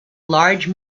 large